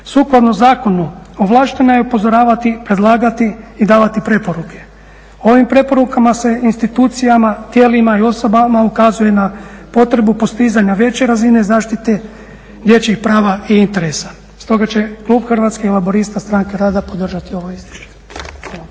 sukladno zakonu ovlaštena je upozoravati, predlagati i davati preporuke. Ovim preporukama se institucijama, tijelima i osobama ukazuje na potrebu postizanja veće razine zaštite dječjih prava i interesa stoga će klub Hrvatskih laburista - Stranke rada podržati ovo izvješće.